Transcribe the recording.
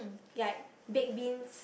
ya baked beans